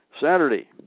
Saturday